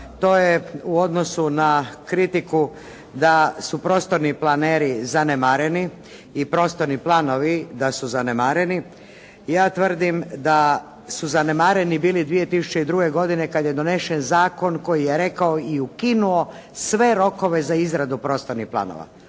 to je u odnosu na kritiku da su prostorni planeri zanemareni i prostorni planovi da su zanemareni. Ja tvrdim da su zanemareni bili 2002. godine kada je donesen zakon koji je rekao i ukinuo sve rokove za izradu prostornih planova,